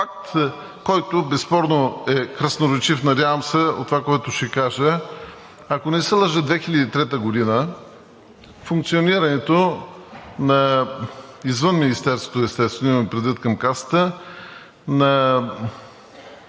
Факт, който безспорно е красноречив, надявам се, което ще кажа – ако не се лъжа, 2003 г. функционирането извън Министерството, естествено, имам предвид към Касата,